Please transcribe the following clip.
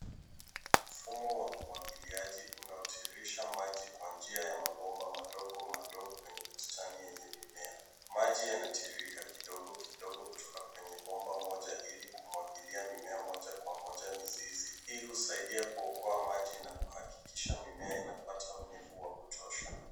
Mfumo wa umwagiliaji unaotiririsha maji kwa njia ya mabomba madogo madogo kwenye bustani yenye mimea. Maji yanatiririka kidogo kidogo kutoka kwenye bomba moja ili kumwagilia mimea moja kwa moja mizizi. Hii husaidia kuokoa maji na kuhakikisha mimea inapata unyevu wa kutosha.